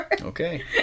okay